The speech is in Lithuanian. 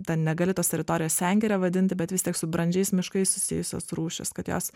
ten negali tos teritorijos sengire vadinti bet vis tiek su brandžiais miškais susijusios rūšys kad jos